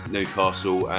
Newcastle